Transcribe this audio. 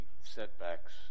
setbacks